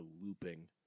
looping